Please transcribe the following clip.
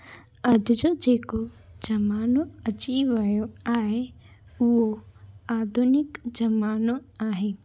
अॼु जो जेको ज़मानो अची वियो आहे उहो आधुनिक ज़मानो आहे